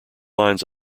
lines